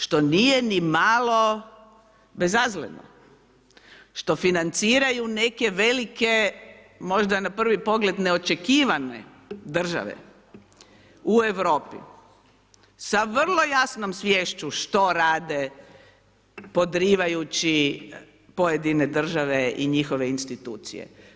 Što nije ni malo bezazleno, što financiraju neke velike, možda na prvi pogled neočekivane države u Europi s vrlo jasnom sviješću što rade, podrivajući pojedine države i njihove institucije.